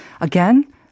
Again